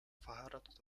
verheiratet